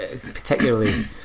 Particularly